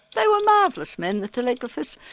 they were marvellous men the telegraphists,